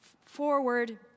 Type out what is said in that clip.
forward